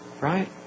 Right